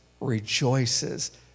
rejoices